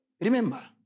Remember